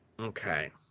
Okay